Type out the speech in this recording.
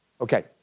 Okay